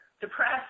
depressed